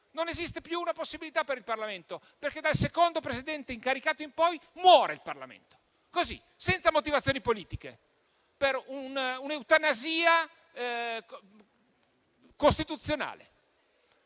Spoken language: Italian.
non esiste più una possibilità per il Parlamento, perché dal secondo Presidente incaricato in poi il Parlamento muore, così, senza motivazioni politiche, per un un'eutanasia costituzionale.